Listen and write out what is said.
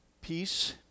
peace